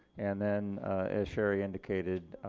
and then as sherry indicated